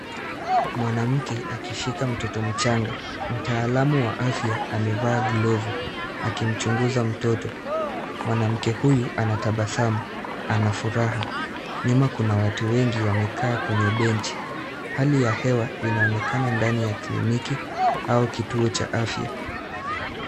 Mwanamke akishika mtoto mchanga. Mtaalamu wa afya amevaa glovu akimchunguza mtoto. Mwanamke huyu anatabasamu, ana furaha. Nyuma kuna watu wengi wamekaa kwenye benchi. Hali ya hewa inaonekana kliniki au kituo cha afya.